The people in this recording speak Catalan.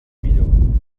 millor